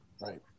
Right